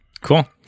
Cool